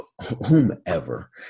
whomever